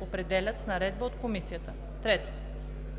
„определят с наредба от комисията“. 3.